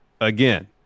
again